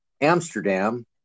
Amsterdam